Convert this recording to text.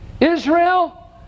Israel